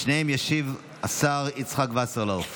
לשניהם ישיב השר יצחק וסרלאוף